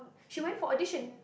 she went for audition